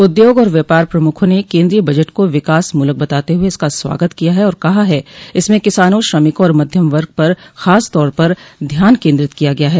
उद्योग और व्यापार प्रमुखों ने केन्द्रीय बजट को विकास मूलक बताते हुए इसका स्वागत किया है और कहा है कि इसमें किसानों श्रमिकों और मध्यम वर्ग पर खासतौर पर ध्यान केन्द्रित किया गया है